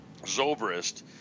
Zobrist